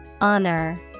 Honor